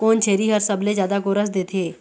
कोन छेरी हर सबले जादा गोरस देथे?